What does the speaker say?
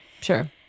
Sure